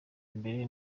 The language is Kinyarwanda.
mbere